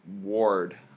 ward